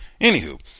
Anywho